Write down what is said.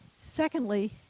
Secondly